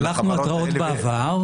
שלחנו התראות בעבר.